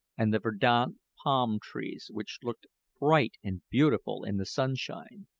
and the verdant palm-trees, which looked bright and beautiful in the sunshine.